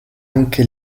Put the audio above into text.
anche